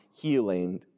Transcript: healing